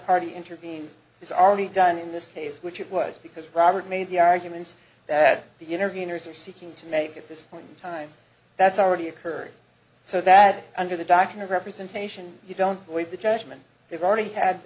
party intervene is already done in this case which it was because robert made the argument that the interveners are seeking to make at this point in time that's already occurring so that under the doctrine of representation you don't boyd the judgment they've already had